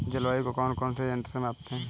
जलवायु को कौन से यंत्र से मापते हैं?